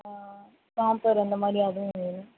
topper அந்தமாதிரி அதுவும் வேணும்